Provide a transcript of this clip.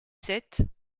sept